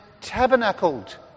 tabernacled